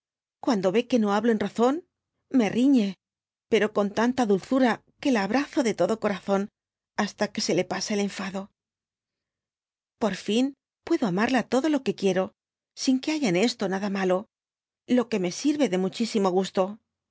cuando vé que no habb en razón me riñe pero con tanta dulzura que la abrazo de todo corazón hasta que se le pasa el enfado por fin puedo amarla todo lo que quiero sin que haya en esto nada de malo lo que me sirve de muchísimo gusto